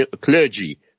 clergy